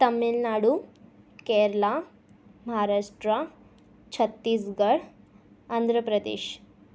Tamil Nadu Kerala Maharashtra Chhattisgarh Andhra Pradesh